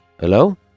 hello